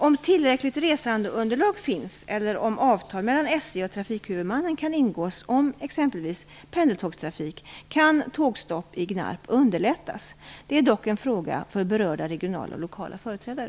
Om tillräckligt resandeunderlag finns, eller om avtal mellan SJ och trafikhuvumannen kan ingås om exempelvis pendeltågstrafik, kan tågstopp i Gnarp underlättas. Detta är dock en fråga för berörda regionala och lokala företrädare.